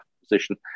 position